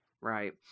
right